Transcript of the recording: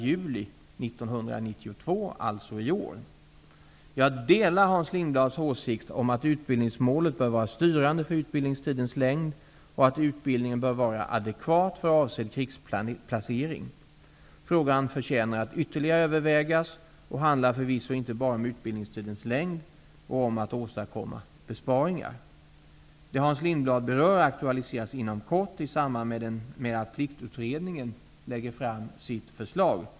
Jag delar Hans Lindblads åsikt om att utbildningsmålet bör vara styrande för utbildningstidens längd och att utbildningen bör vara advekat för avsedd krigsplacering. Frågan förtjänar att ytterligare övervägas och handlar förvisso inte bara om utbildningstidens längd och om att åstadkomma besparingar. Det Hans Lindblad berör aktualiseras inom kort i samband med att pliktutredningen lägger fram sitt förslag.